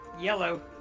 Yellow